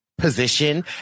position